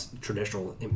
traditional